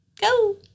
Go